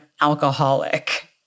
alcoholic